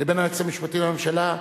לבין היועץ המשפטי לממשלה,